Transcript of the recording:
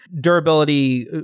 durability